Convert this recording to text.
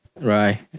Right